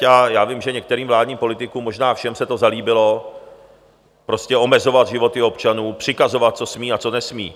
A já vím, že některým vládním politikům, možná všem, se to zalíbilo, prostě omezovat životy občanů, přikazovat, co smí a co nesmí.